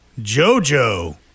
JoJo